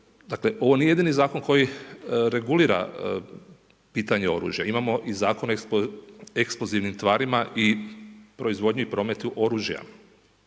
Dakle ovo nije jedini zakon koji regulira pitanje oružja. Imamo i Zakon o eksplozivnim tvarima i proizvodnji i prometu oružja.